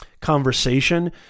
conversation